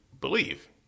believe